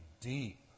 deep